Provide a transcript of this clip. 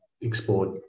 explored